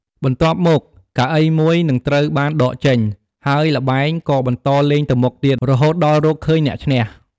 បន្ទាប់មក កៅអីមួយនឹងត្រូវបានដកចេញ ហើយល្បែងក៏បន្តលេងទៅមុខទៀត រហូតដល់រកឃើញអ្នកឈ្នះ។